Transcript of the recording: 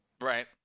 Right